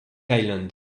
island